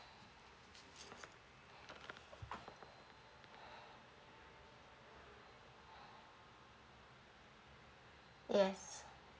yes